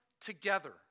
together